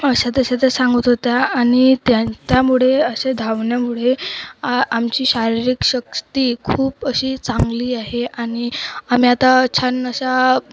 अशा तशा ते सांगत होत्या आणि त्या त्यामुळे अशा धावण्यामुळे आ आमची शारीरिक शक्ती खूप अशी चांगली आहे आणि आम्ही आता छान अशा